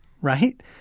right –